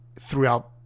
throughout